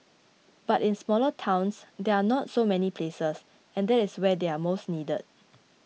but in smaller towns there are not so many places and that is where they are most needed